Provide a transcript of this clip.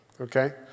okay